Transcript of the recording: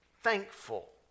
thankful